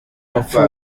uwapfuye